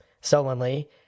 sullenly